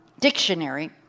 dictionary